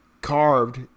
carved